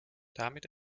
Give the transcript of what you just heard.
damit